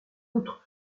outre